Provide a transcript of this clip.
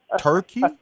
Turkey